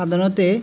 সাধাৰণতে